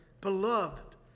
beloved